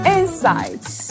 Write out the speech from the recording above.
insights